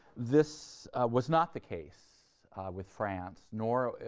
this was not the case with france nor,